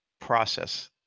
Process